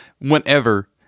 Whenever